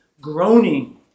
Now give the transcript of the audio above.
groaning